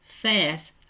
fast